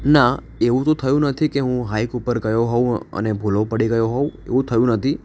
ના એવું તો થયું નથી કે હું હાઇક ઉપર ગયો હોઉં અને ભૂલો પડી ગયો હોઉં એવું થયું નથી